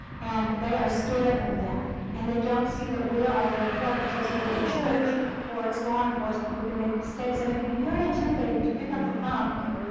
and they are scared of that. and they don't see that we're all there for them. so, it's either the church or its law enforcement who can make mistakes, and it can be very intimidating to pick up the phone and,